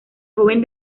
joven